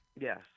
Yes